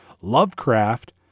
Lovecraft